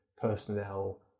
personnel